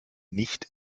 nicht